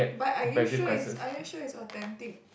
but are you sure it's are you sure it's authentic